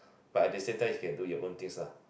but at the same time you can do your own things lah